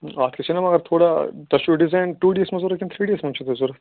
اَتھ کٔھسی نا مگر تھوڑا تۄہہِ چھُو ڈِزایِن ٹوٗ ڈی یَس منٛز ضوٚرتھ کِنہٕ تھری ڈی یَس منٛز چھُو تۄہہِ ضوٚرَتھ